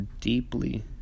deeply